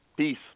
Peace